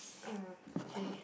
uh okay